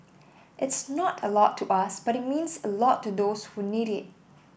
it's not a lot to us but it means a lot to those who need it